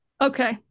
okay